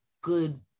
good